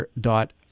dot